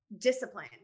discipline